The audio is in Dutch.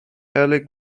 elk